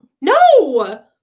No